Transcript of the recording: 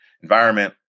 environment